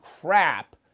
crap